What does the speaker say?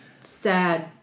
sad